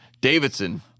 Davidson